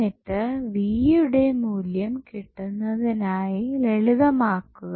എന്നിട്ട് v യുടെ മൂല്യം കിട്ടുന്നതിനായി ലളിതമാക്കുക